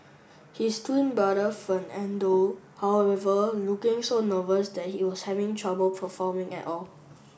his twin brother Fernando however looking so nervous that he was having trouble performing at all